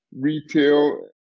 retail